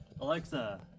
Alexa